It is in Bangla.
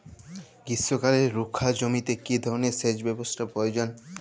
গ্রীষ্মকালে রুখা জমিতে কি ধরনের সেচ ব্যবস্থা প্রয়োজন?